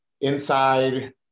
inside